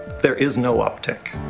there is no uptick.